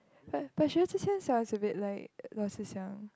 but but Xue-Zhi-Qian sounds a bit like Luo-Zhi-Xiang